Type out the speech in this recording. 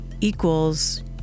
equals